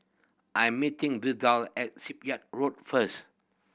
I am meeting Vidal at Shipyard Road first